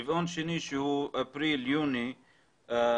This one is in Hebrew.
הרבעון השני שהוא אפריל-יוני הגבייה